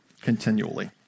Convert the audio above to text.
continually